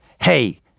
hey